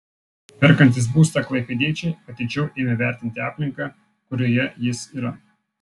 perkantys būstą klaipėdiečiai atidžiau ėmė vertinti aplinką kurioje jis yra